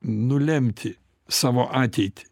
nulemti savo ateitį